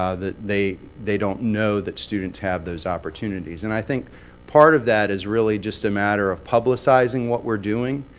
ah that they they don't know that students have those opportunities. and i think part of that is really just a matter of publicizing what we're doing